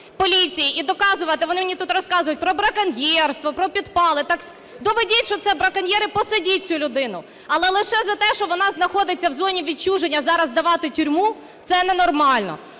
і доказувати… Вони мені тут розказують про браконьєрство, про підпали. Так доведіть, що це браконьєри, посадіть цю людину. Але лише за те, що вона знаходиться в зоні відчуження, зараз здавати в тюрму – це не нормально.